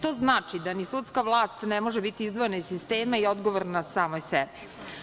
To znači da ni sudska vlast ne može biti izdvojena iz sistema i odgovorna samoj sebi.